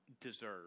deserve